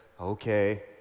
Okay